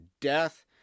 death